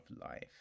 life